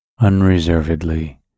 unreservedly